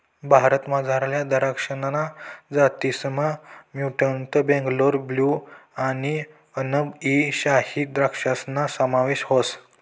भारतमझारल्या दराक्षसना जातीसमा म्युटंट बेंगलोर ब्लू आणि अनब ई शाही द्रक्षासना समावेश व्हस